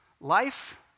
life